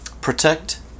protect